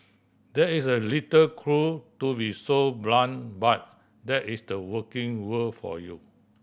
there is a little cruel to be so blunt but that is the working world for you